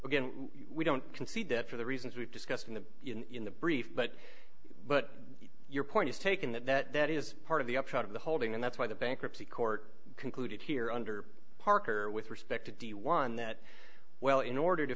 again we don't concede that for the reasons we've discussed in the in the brief but but your point is taken that that that is part of the upshot of the holding and that's why the bankruptcy court concluded here under parker with respect to deal one that well in order to